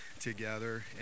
together